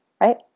right